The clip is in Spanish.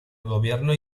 gobierno